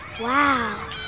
Wow